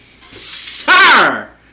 Sir